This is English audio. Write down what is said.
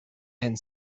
and